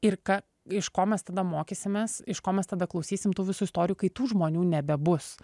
ir ką iš ko mes tada mokysimės iš ko mes tada klausysim tų visų istorijų kai tų žmonių nebebus